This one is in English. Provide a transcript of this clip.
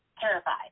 terrified